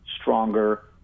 stronger